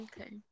okay